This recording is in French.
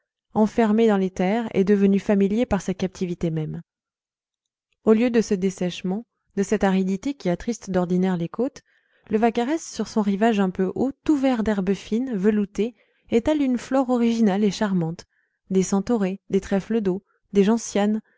enfermé dans les terres et devenu familier par sa captivité même au lieu de ce desséchement de cette aridité qui attristent d'ordinaire les côtes le vaccarès sur son rivage un peu haut tout vert d'herbe fine veloutée étale une flore originale et charmante des centaurées des trèfles d'eau des